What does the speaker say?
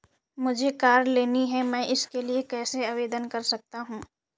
मुझे कार लेनी है मैं इसके लिए कैसे आवेदन कर सकता हूँ?